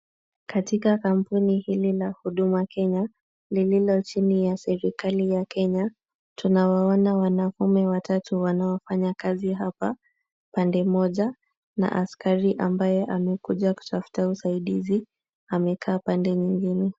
Katika kampuni hili la huduma Kenya, lililo chini ya serikali ya Kenya, tunawaona wanaume watatu wanaofanya kazi hapa pande moja na askari ambaye amekuja kutafuta usaidizi, amekaa pande nyingine.